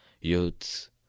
youths